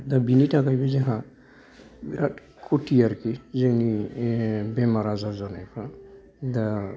दा बिनि थाखायबो जोंहा बिराद खथि आरोखि जोंनि बेमार आजार जानायफ्रा दा